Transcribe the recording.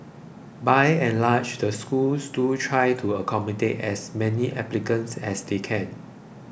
by and large the schools do try to accommodate as many applicants as they can